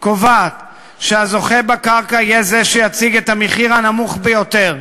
קובעת שהזוכה בקרקע יהיה זה שיציג את המחיר הנמוך ביותר,